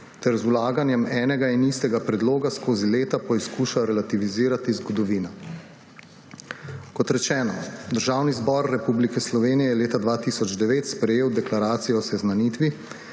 ter z vlaganjem enega in istega predloga skozi leta poskuša relativizirati zgodovino. Kot rečeno, Državni zbor Republike Slovenije je leta 2009 sprejel deklaracijo o seznanitvi,